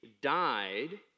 died